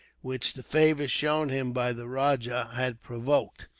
which the favour shown him by the rajah had provoked,